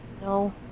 No